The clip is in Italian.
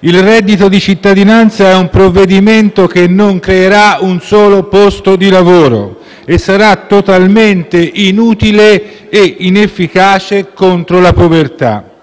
il reddito di cittadinanza è un provvedimento che non creerà un solo posto di lavoro e sarà totalmente inutile e inefficace contro la povertà.